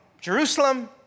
Jerusalem